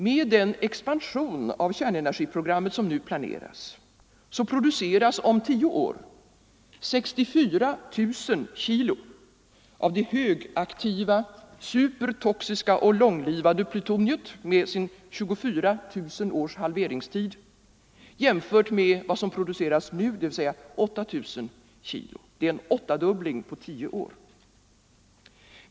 Med den expansion av kärnenergiprogrammet som nu planeras produceras om tio år 64 000 kg av det högaktiva, supertoxiska och långlivade plutoniet — med 24 000 års halveringstid — jämfört med de 8 000 kg som produceras nu. Det är en åttadubbling på tio år.